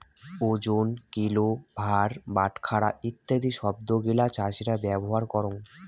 ওজন, কিলো, ভার, বাটখারা ইত্যাদি শব্দ গিলা চাষীরা ব্যবহার করঙ